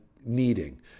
needing